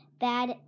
bad